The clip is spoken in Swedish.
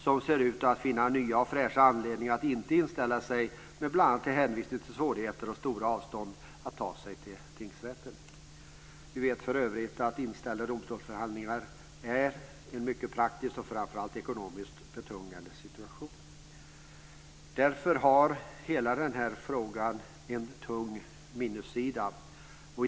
De ser ut att få nya, fräscha anledningar att inte inställa sig med bl.a. hänvisning till stora avstånd och svårigheter att ta sig till tingsrätten. Vi vet för övrigt att inställda domstolsförhandlingar är mycket vanligt och leder till en ekonomiskt betungande situation. Därför har hela den här frågan en tung minussida.